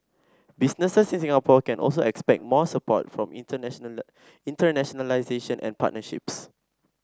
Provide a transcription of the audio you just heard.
businesses in Singapore can also expect more support for internationalisation and partnerships